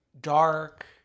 dark